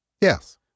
Yes